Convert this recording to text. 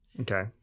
Okay